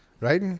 right